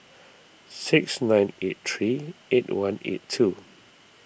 six nine eight three eight one eight two